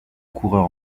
coureur